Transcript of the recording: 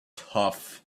tough